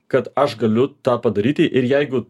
kad aš galiu tą padaryti ir jeigu